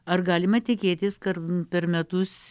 ar galima tikėtis kad per metus